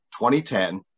2010